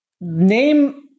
name